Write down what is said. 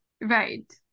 Right